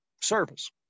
service